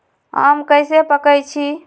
आम कईसे पकईछी?